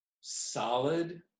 solid